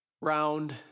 round